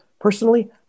Personally